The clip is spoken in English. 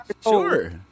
Sure